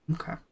Okay